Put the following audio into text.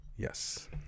Yes